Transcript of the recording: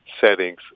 settings